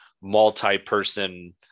multi-person